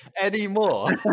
Anymore